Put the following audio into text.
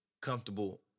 Comfortable